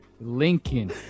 Lincoln